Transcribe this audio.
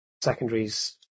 secondaries